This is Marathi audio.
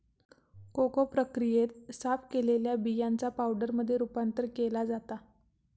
कोको प्रक्रियेत, साफ केलेल्या बियांचा पावडरमध्ये रूपांतर केला जाता